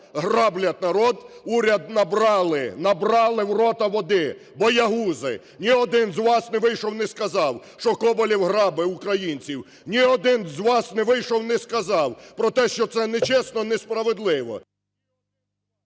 грабують народ, уряд набрали в рота води, боягузи! Ні один з вас не вийшов і не сказав, що Коболєв грабить українців, ні один з вас не вийшов і не сказав про те, що це нечесно, несправедливо.